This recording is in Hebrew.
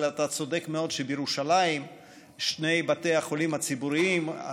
אבל אתה צודק מאוד שבירושלים שני בתי החולים הציבוריים,